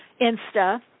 Insta